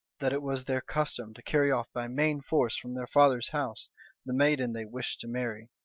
that it was their custom to carry off by main force from their father's house the maiden they wished to marry,